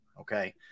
okay